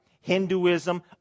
hinduism